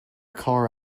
car